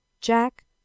Jack